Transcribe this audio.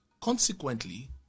Consequently